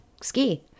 Ski